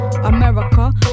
America